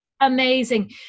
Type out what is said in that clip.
amazing